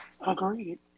Agreed